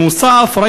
נוסף על כך,